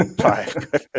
Five